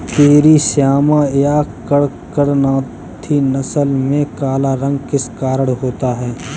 Carry श्यामा या कड़कनाथी नस्ल में काला रंग किस कारण होता है?